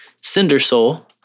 Cindersoul